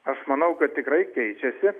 aš manau kad tikrai keičiasi